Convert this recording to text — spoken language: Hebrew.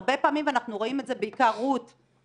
הרבה פעמים אנחנו רואים את זה בעיקר --- מאותן